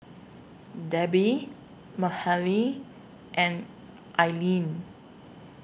Debby Mahalie and Ailene